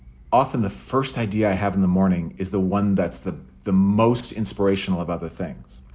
often the first idea i have in the morning is the one that's the the most inspirational of other things.